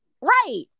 right